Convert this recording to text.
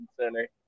center